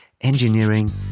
engineering